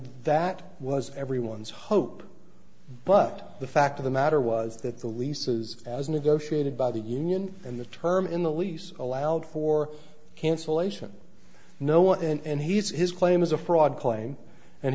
that was everyone's hope but the fact of the matter was that the leases as negotiated by the union and the term in the lease allowed for cancellation no one and he said his claim is a fraud claim and